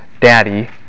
Daddy